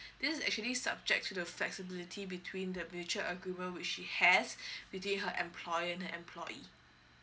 this is actually subject to the flexibility between the mutual agreement which she has within her employer and her employee